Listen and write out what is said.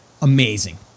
amazing